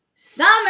Summer